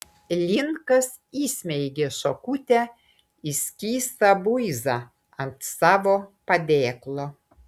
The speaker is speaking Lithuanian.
linkas įsmeigė šakutę į skystą buizą ant savo padėklo